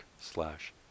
slash